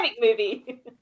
movie